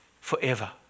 forever